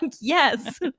yes